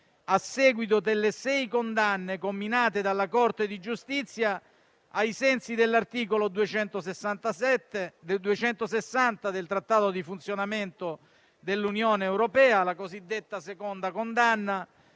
a seguito delle sei condanne inflitte dalla Corte di giustizia dell'Unione europea ai sensi dell'articolo 260 del Trattato sul funzionamento dell'Unione europea (la cosiddetta seconda condanna)